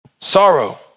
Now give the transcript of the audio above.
Sorrow